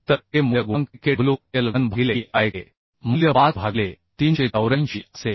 तर K मूल्य गुणांक K K W L घन भागिले E I K मूल्य 5 भागिले 384 असेल